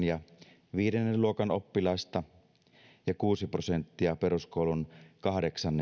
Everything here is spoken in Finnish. ja viidennen luokan oppilaista ja kuusi prosenttia peruskoulun kahdeksas